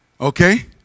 Okay